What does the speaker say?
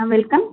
ம் வெல்கம்